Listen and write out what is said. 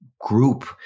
Group